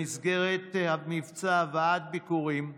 במסגרת המבצע "הבאת ביכורים",